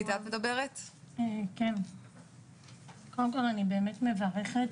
אני באמת מברכת